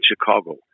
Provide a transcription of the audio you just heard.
Chicago